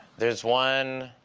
there's one